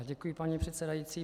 Děkuji, paní předsedající.